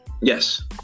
Yes